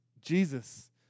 Jesus